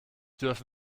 dürfen